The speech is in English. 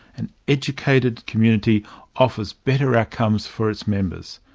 an educated community offers better outcomes for its members.